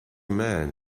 man